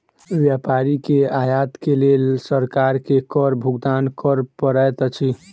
व्यापारी के आयत के लेल सरकार के कर भुगतान कर पड़ैत अछि